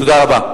תודה רבה.